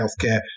healthcare